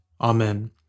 Amen